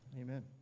Amen